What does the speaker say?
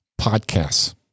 podcasts